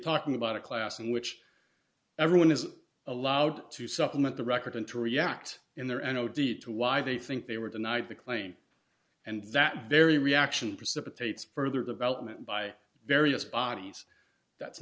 talking about a class in which everyone is allowed to supplement the record and to react in there and no deed to why they think they were denied the claim and that very reaction precipitates further development by various bodies that's